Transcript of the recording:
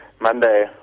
Monday